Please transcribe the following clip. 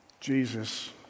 Jesus